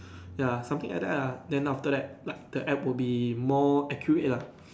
ya something like that lah then after that like the app will be more accurate lah